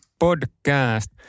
podcast